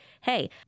Hey